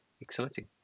Exciting